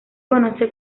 conoce